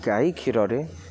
ଗାଈ କ୍ଷୀରରେ